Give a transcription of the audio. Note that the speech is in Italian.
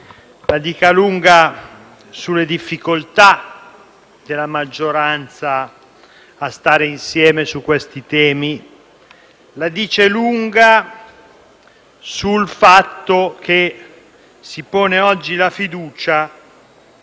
la dica lunga sulle difficoltà della maggioranza a stare insieme su questi temi. La dice lunga sul fatto che si pone oggi la fiducia